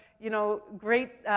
you know, great,